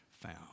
found